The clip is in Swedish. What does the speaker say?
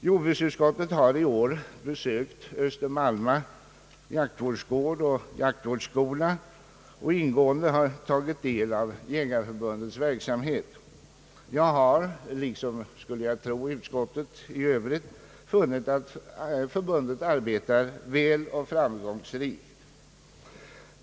Jordbruksutskottet har i år besökt Öster-Malma jaktvårdsgård och jaktvårdsskola och ingående tagit del av Jägareförbundets verksamhet. Jag har — liksom skulle jag tro utskottet i övrigt — funnit att förbundet arbetar väl och framgångsrikt.